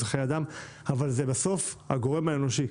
אלה חיי אדם אבל בסוף זה הגורם האנושי.